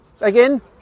Again